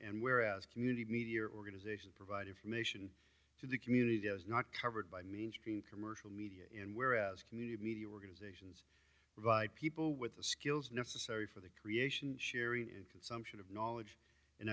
and whereas community media organizations provide information to the community that is not covered by mainstream commercial media and where as community media organization provide people with the skills necessary for the creation sharing and consumption of knowledge and